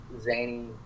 zany